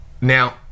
Now